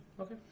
Okay